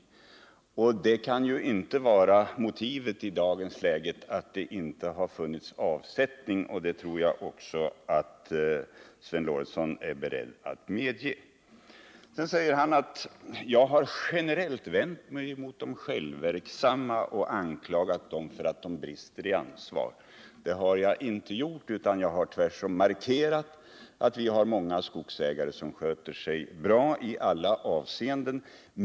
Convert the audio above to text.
Och motivet till det kan ju inte vara att det i dagens läge inte har funnits avsättning — det tror jag att Sven Eric Lorentzon är beredd att medge. Sedan säger han att jag generellt har vänt mig mot de självverksamma och anklagat dem för att de brister i ansvar. Det har jag inte gjort, jag har tvärtom markerat att det finns många skogsägare som sköter sig bra i alla avseenden.